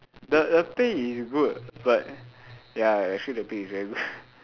the the pay is good but ya actually the pay is very good